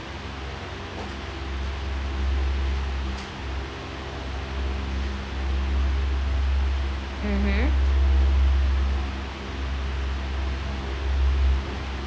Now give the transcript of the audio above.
mmhmm